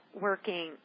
working